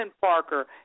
Parker